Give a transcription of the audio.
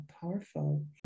Powerful